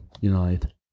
United